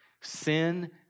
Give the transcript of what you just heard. Sin